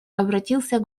обратился